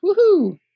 Woohoo